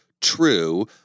true